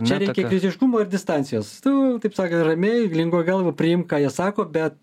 čia reikia kritiškumo ir distancijos tu taip sakant ramiai lengva galva priimk ką jie sako bet